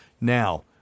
Now